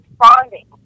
responding